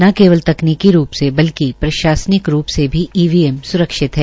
न केवल तकनीकी रूप से बल्कि प्रशासनिक रूप से भी ईवीएम स्रक्षित है